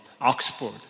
Oxford